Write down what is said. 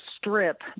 strip